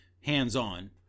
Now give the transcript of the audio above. hands-on